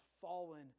fallen